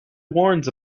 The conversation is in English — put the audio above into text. warns